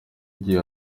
igihe